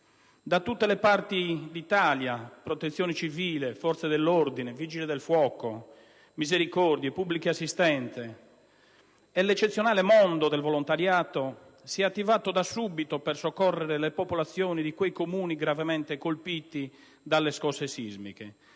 Da tutte le parti d'Italia Protezione civile, forze dell'ordine, Vigili del fuoco, misericordie, pubbliche assistenze e l'eccezionale mondo del volontariato si sono attivati da subito per soccorrere le popolazioni di quei Comuni gravemente colpiti dalle scosse sismiche,